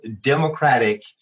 democratic